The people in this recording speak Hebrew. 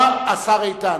השר איתן,